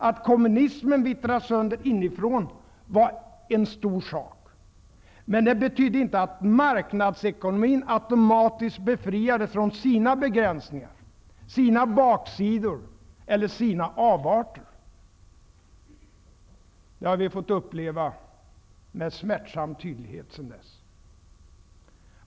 Att kommunismen vittrade sönder inifrån var en stor sak, men det betydde inte att marknadsekonomin automatiskt befriades från sina begränsningar, baksidor och avarter. Det har vi fått uppleva med smärtsam tydlighet sedan dess.